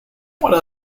what